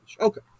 Okay